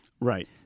Right